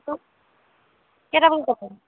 কেইটামান